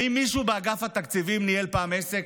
האם מישהו באגף התקציבים ניהל פעם עסק?